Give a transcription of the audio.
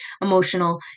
emotional